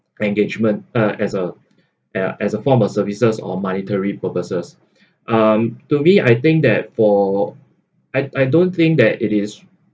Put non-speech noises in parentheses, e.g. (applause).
engagement uh as a uh as a form of services or monetary purposes (breath) um to me I think that for I I don't think that it is